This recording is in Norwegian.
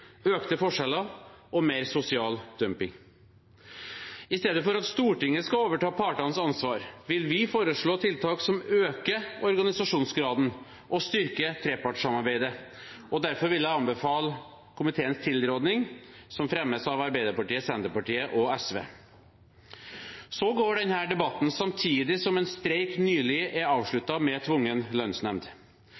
økte forskjeller og mer sosial dumping. I stedet for at Stortinget skal overta partenes ansvar, vil vi foreslå tiltak som øker organisasjonsgraden og styrker trepartssamarbeidet. Derfor vil jeg anbefale komiteens tilråding, som fremmes av Arbeiderpartiet, Senterpartiet og SV. Denne debatten går samtidig som en streik nylig er